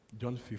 John